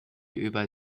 über